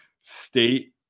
state